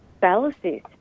fallacies